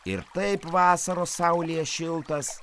ir taip vasaros saulėje šiltas